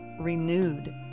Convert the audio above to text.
renewed